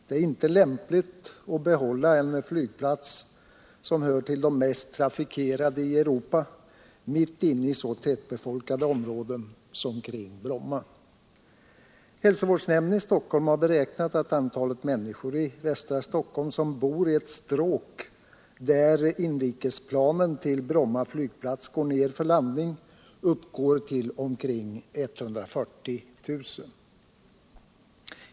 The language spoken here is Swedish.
Det är inte lämpligt att behålla en flygplats, som hör till de mest trafikerade i Europa, mitt inne i så tättbefolkade områden som de kring Bromma. Hälsovårdsnämnden i Stockholm har beräknat att antalet människor i västra Stockholm som bor i ett stråk där inrikesplanen till Bromma flygplats går ner för landning uppgår till omkring 140 000.